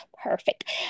perfect